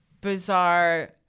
bizarre